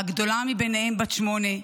הגדולה מהם בת שמונה,